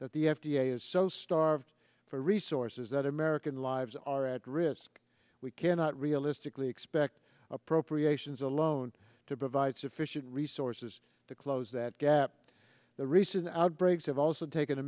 that the f d a is so starved for resources that american lives are at risk we cannot realistically expect appropriations alone to provide sufficient resources to close that gap the recent outbreaks have also taken a